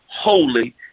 holy